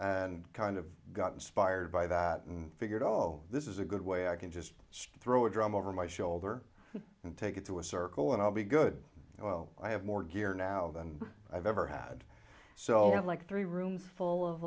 and kind of got inspired by that and figured oh this is a good way i can just stop throw a drum over my shoulder and take it to a circle and i'll be good well i have more gear now than i've ever had so i have like three rooms full of